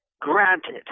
granted